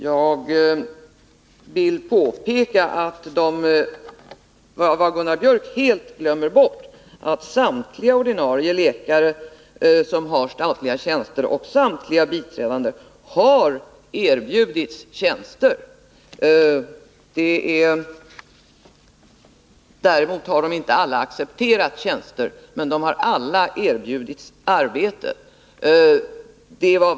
Jag vill påpeka att vad Gunnar Biörck helt glömmer bort är att samtliga ordinarie länsläkare och samtliga biträdande länsläkare har erbjudits andra tjänster. Däremot har de inte alla accepterat tjänsterna, men alla har som sagt erbjudits arbete.